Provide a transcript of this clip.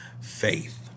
faith